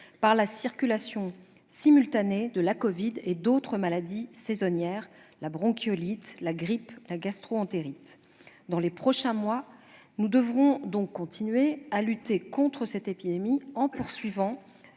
par la circulation simultanée de la covid-19 et d'autres maladies saisonnières comme la bronchiolite, la grippe ou la gastro-entérite. Dans les prochains mois, nous devrons donc continuer à lutter contre cette épidémie, en poursuivant